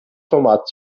format